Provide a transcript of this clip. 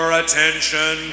attention